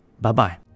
Bye-bye